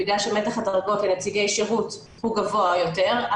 בגלל שמתח הדרגות לנציגי שירות הוא גבוה יותר,